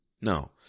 No